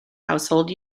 household